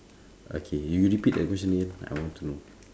okay you repeat the question again I want to know